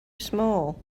small